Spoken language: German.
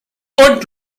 und